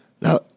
Now